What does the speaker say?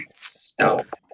stoked